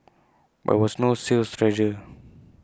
but IT was no sales treasure